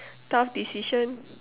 tough decision